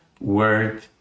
word